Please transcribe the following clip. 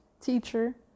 teacher